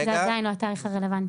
זה עדיין לא התאריך הרלוונטי.